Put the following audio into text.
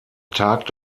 tag